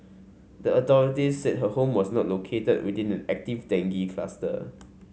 the authorities said her home was not located within an active dengue cluster